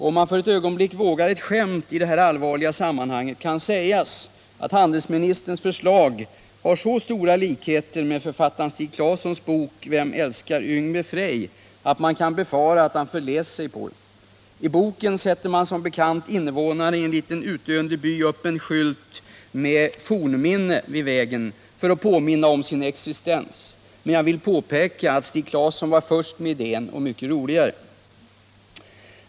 Om man för ett ögonblick vågar ett skämt i detta allvarliga sammanhang kan sägas att handelsministerns förslag har så stora likheter med författaren Stig Claessons bok Vem älskar Yngve Frej? att man kan befara att han förläst sig på den. I boken sätter som bekant invånarna i en liten utdöende by upp en skylt med ”Fornminne” vid vägen för att påminna om sin existens. Men jag vill påpeka att Stig Claesson var först med idén — och mycket roligare.